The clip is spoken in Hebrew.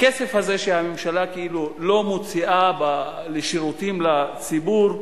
הכסף הזה שהממשלה כאילו לא מוציאה לשירותים לציבור,